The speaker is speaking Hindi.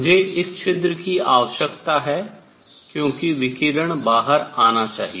मुझे इस छिद्र की आवश्यकता है क्योंकि विकिरण बाहर आना चाहिए